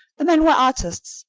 the men were artists,